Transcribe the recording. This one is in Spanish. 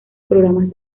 programas